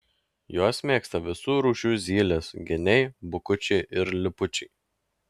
juos mėgsta visų rūšių zylės geniai bukučiai ir lipučiai